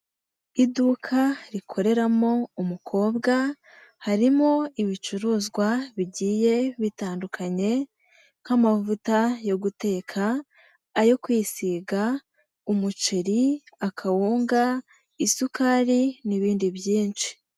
Iduka rikoreramo umukobwa, harimo ibicuruzwa bigiye bitandukanye nk'amavuta yo guteka, ayo kwisiga, umuceri, akawunga, isukari n'ibindi byinshi.